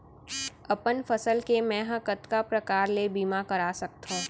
अपन फसल के मै ह कतका प्रकार ले बीमा करा सकथो?